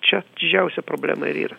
čia didžiausia problema ir yra